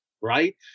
right